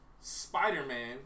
Spider-Man